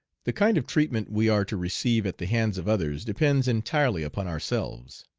the kind of treatment we are to receive at the hands of others depends entirely upon ourselves.